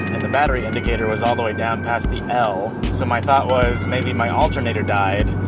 and the battery indicator was all the way down past the l. so my thought was, maybe my alternator died,